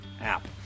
app